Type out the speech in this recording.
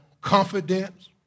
confidence